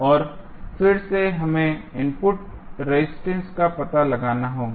अब फिर से हमें इनपुट रेजिस्टेंस का पता लगाना होगा